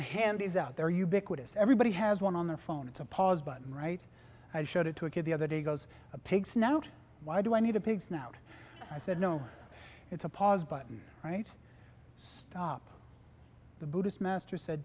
hand is out there ubiquitous everybody has one on their phone it's a pause button right i showed it to a kid the other day goes a pig snout why do i need a pig snout i said no it's a pause button right stop the buddhist master said